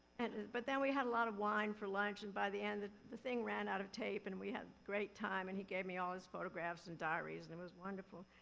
but then we had a lot of wine for lunch and by the end the the thing ran out of tape and we had great time and he gave me all his photographs and diaries and it was wonderful.